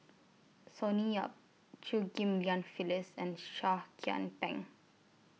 Sonny Yap Chew Ghim Lian Phyllis and Seah Kian Peng